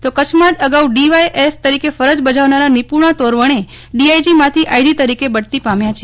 તોકચ્છમાં જ અગાઉ ડીવાયએસ તરીકે ફરજ બજાવનારાં નિપુણા તોરવણે ડીઆઈજીમાંથી આઈજી તરીકે બઢતી પામ્યાં છે